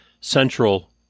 central